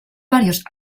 varios